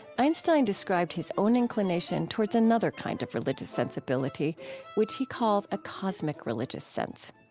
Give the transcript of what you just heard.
einstein described his own inclination towards another kind of religious sensibility which he called a cosmic religious sense.